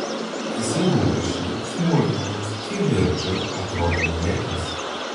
visi rūpesčiai smulkmenos kivirčai atrodo niekis